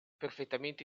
perfettamente